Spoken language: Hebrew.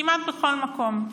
כמעט בכל מקום.